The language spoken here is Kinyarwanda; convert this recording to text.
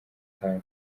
tanu